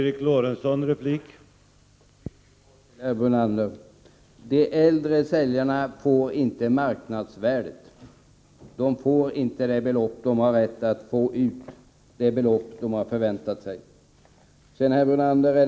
Herr talman! Helt kort vill jag bara säga följande till Lennart Brunander. Det belopp som de äldre säljarna får för sin fastighet täcker inte marknadsvärdet. De får inte det belopp som de borde ha rätt att få ut. De får således inte det belopp som de har förväntat sig.